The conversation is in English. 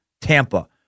Tampa